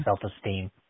self-esteem